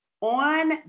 on